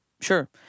sure